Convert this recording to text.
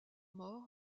mort